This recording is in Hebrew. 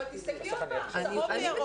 אבל תסתכלי צהוב וירוק.